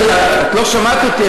את לא שמעת אותי.